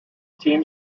team